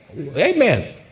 Amen